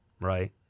right